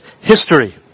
history